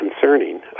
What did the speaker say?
concerning